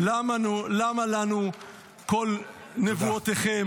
למה לנו כל נבואותיכם,